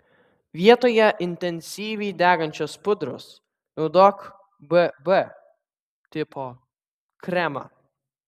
vietoje intensyviai dengiančios pudros naudok bb tipo kremą